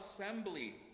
assembly